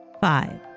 Five